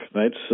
right